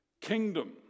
kingdom